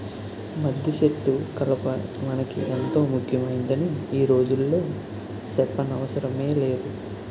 మద్దిసెట్టు కలప మనకి ఎంతో ముక్యమైందని ఈ రోజుల్లో సెప్పనవసరమే లేదు